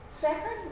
Second